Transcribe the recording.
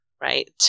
right